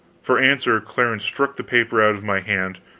for answer, clarence struck the paper out of my hand,